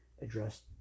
address